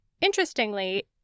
interestingly